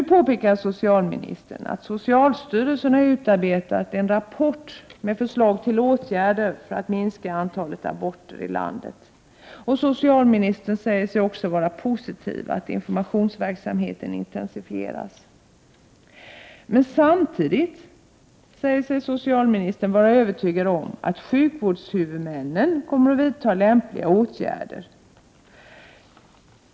Nu påpekar socialministern att socialstyrelsen har utarbetat en rapport med förslag till åtgärder för att minska antalet aborter i landet, och socialministern säger sig också vara positiv till att informationsverksamheten intensifieras. Men samtidigt säger sig socialministern vara övertygad om att sjukvårdshuvudmännen kommer att vidta lämpliga åtgärder.